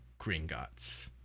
Gringotts